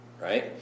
Right